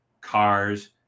cars